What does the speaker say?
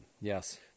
Yes